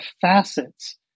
facets